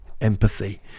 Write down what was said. empathy